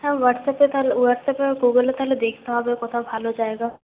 হ্যাঁ হোয়াটসঅ্যাপে তাহলে হোয়াটসঅ্যাপে বা গুগলে তাহলে দেখতে হবে কোথাও ভালো জায়গা